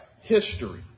history